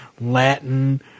Latin